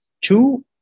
two